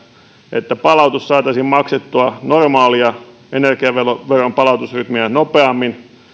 että palautus saataisiin maksettua normaalia energiaveron palautusrytmiä nopeammin